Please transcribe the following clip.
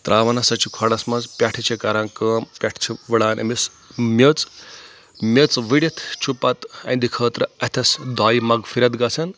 تراوَان ہسا چھِ کھۄڈس منٛز پؠٹھٕ چھِ کَران کٲم پیٹھٕ چھِ وڑان أمِس میٚژ میٚژ وُڈِتھ چھُ پَتہٕ أہنٛدِ خٲطرٕ اَتھس دۄیہِ مغفرت گژھان